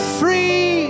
free